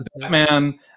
Batman